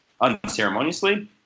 unceremoniously